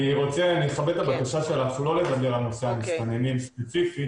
אני אכבד את הבקשה שלך לא לדבר על נושא המסתננים ספציפית,